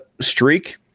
streak